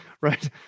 right